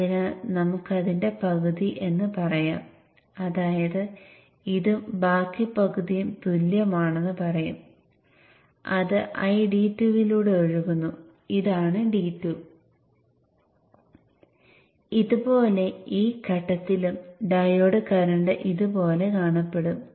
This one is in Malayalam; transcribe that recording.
അതിനാൽ Iin ഫുൾ ബ്രിഡ്ജിന്റെ കാര്യത്തിൽ സെക്കൻഡറിക്ക് അതേ പവർ ട്രാൻസ്ഫർ ലഭിക്കാൻ പ്രൈമറി കറന്റ് ഇരട്ടിയാക്കേണ്ടതുണ്ട്